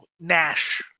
Nash